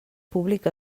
públic